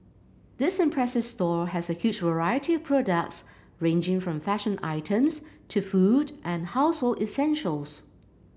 this impressive store has a huge variety of products ranging from fashion items to food and household essentials